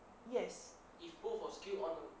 yes